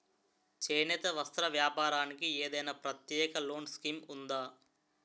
చేనేత వస్త్ర వ్యాపారానికి ఏదైనా ప్రత్యేక లోన్ స్కీం ఉందా?